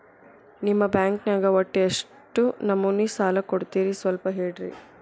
ನಿಮ್ಮ ಬ್ಯಾಂಕ್ ನ್ಯಾಗ ಒಟ್ಟ ಎಷ್ಟು ನಮೂನಿ ಸಾಲ ಕೊಡ್ತೇರಿ ಸ್ವಲ್ಪ ಹೇಳ್ರಿ